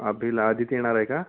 अभिला आदिती येणार आहे का